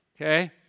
Okay